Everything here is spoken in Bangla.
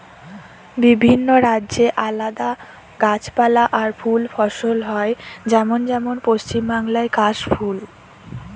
বিভিন্ন রাজ্যে আলদা গাছপালা আর ফুল ফসল হয় যেমন যেমন পশ্চিম বাংলায় কাশ ফুল